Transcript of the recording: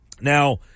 Now